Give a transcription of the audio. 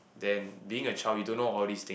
then being a child you don't know all these thing